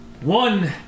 One